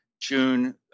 June